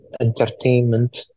entertainment